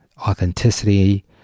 authenticity